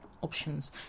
options